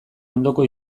ondoko